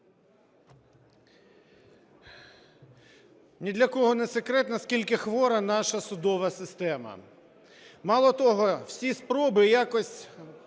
Ні для кого не секрет, наскільки хвора наша судова система. Мало того, всі спроби якось